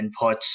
inputs